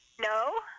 No